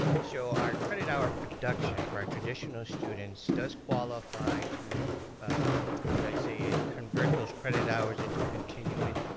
so our credit hour production for our traditional students does qualify to how would i say it? convert those credit hours into continuing.